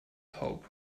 taub